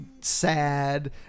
sad